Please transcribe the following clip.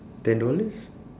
ten dollars